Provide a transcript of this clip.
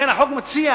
לכן החוק מציע